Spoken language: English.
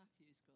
Matthew's